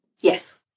Yes